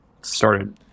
started